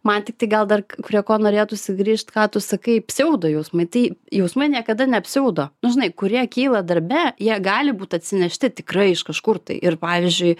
man tiktai gal dar prie ko norėtųsi grįžt ką tu sakai pseudo jausmai tai jausmai niekada ne pseudo nu žinai kurie kyla darbe jie gali būt atsinešti tikrai iš kažkur tai ir pavyzdžiui